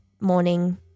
morning